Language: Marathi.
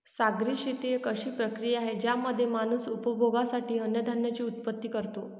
सागरी शेती एक अशी प्रक्रिया आहे ज्यामध्ये माणूस उपभोगासाठी अन्नधान्याची उत्पत्ति करतो